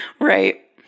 Right